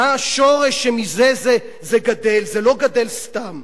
מה השורש שמזה זה גדל, זה לא גדל סתם.